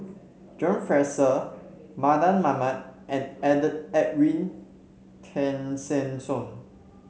John Fraser Mardan Mamat and Edwin Tessensohn